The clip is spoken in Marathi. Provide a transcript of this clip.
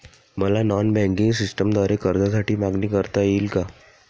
मला नॉन बँकिंग सिस्टमद्वारे कर्जासाठी मागणी करता येईल का?